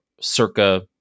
circa